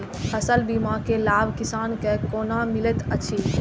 फसल बीमा के लाभ किसान के कोना मिलेत अछि?